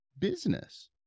business